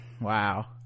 wow